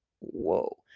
whoa